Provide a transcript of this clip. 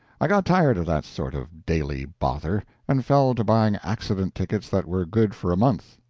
i got tired of that sort of daily bother, and fell to buying accident tickets that were good for a month.